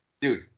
Dude